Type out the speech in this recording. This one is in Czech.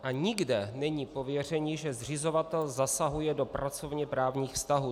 A nikde není pověření, že zřizovatel zasahuje do pracovněprávních vztahů.